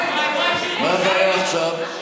מה קרה עכשיו?